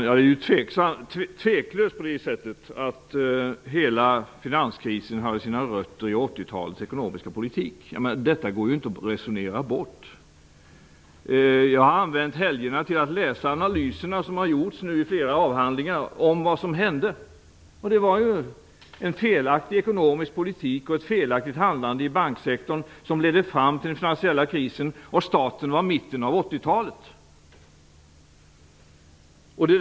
Herr talman! Det är tveklöst på det sättet att hela finanskrisen hade sina rötter i 80-talets ekonomiska politik. Detta går inte att resonera bort. Jag har använt helgerna till att läsa de analyser som har gjorts i flera avhandlingar av vad som hände. Det var en felaktig ekonomisk politik och ett felaktigt handlande i banksektorn som ledde fram till den finansiella krisen, och starten var mitten av 80-talet.